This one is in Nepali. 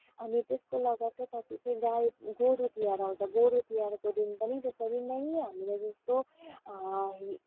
अनि त्यसको लगत्तै पछि चाहिँ गाई गोरु तिहार आउँछ गोरु तिहारको दिन पनि त्यसरी नै हामीलाई जस्तो